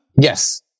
Yes